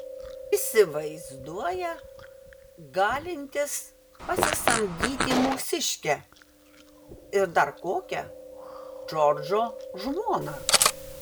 įsivaizduoja galintis pasisamdyti mūsiškę ir dar kokią džordžo žmoną